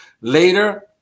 later